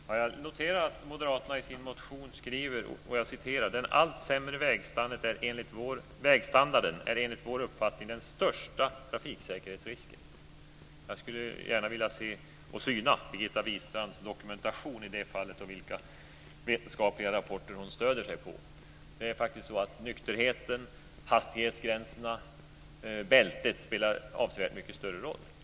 Herr talman! Jag noterar att moderaterna i sin motion skriver: "Den allt sämre vägstandarden är enligt vår uppfattning den största trafiksäkerhetsrisken." Jag skulle gärna vilja syna Birgitta Wistrands dokumentation på den punkten och få veta vilka vetenskapliga rapporter hon stöder sig på. Det är faktiskt så att nykterheten, hastighetsgränserna och bältesanvändningen spelar avsevärt större roller.